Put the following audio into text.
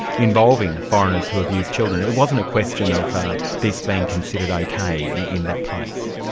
involving foreigners who abused children. it wasn't a question of this being considered ok in that place.